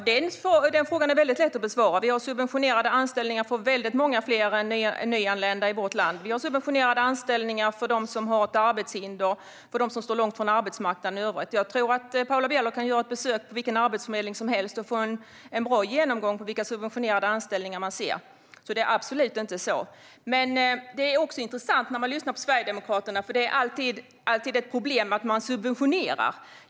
Herr talman! Den frågan är lätt att besvara. Vi har subventionerade anställningar för väldigt många fler än nyanlända i vårt land. Vi har subventionerade anställningar för dem som har ett arbetshinder och för dem som står långt ifrån arbetsmarknaden i övrigt. Jag tror att Paula Bieler kan göra ett besök på vilken arbetsförmedling som helst och få en bra genomgång av vilka subventionerade anställningar man ser där. Det är alltså absolut inte så att detta bara handlar om nyanlända. Det är intressant att lyssna på Sverigedemokraterna, för det är alltid ett problem att man subventionerar.